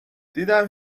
دیدم